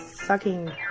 sucking